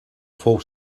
fou